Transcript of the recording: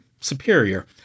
Superior